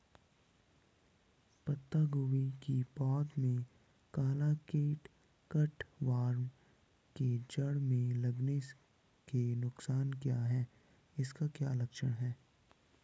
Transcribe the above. पत्ता गोभी की पौध में काला कीट कट वार्म के जड़ में लगने के नुकसान क्या हैं इसके क्या लक्षण हैं?